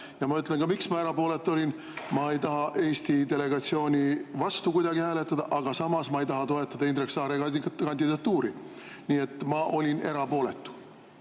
Ja ma ütlen ka, miks ma erapooletu olin. Ma ei taha Eesti delegatsiooni vastu kuidagi hääletada, aga samas ma ei taha toetada Indrek Saare kandidatuuri. Nii et ma olin erapooletu.